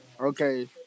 Okay